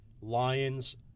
Lions